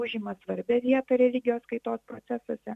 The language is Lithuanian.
užima svarbią vietą religijos kaitos procesuose